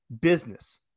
business